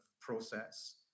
process